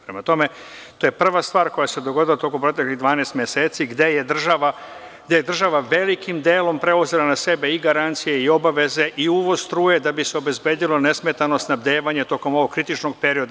Prema tome, to je prva stvar koja se dogodila tokom proteklih 12 meseci, gde je država velikim delom preuzela na sebe i garancije i obaveze i uvoz struje da bi se obezbedilo nesmetano snabdevanje tokom ovog kritičnog perioda.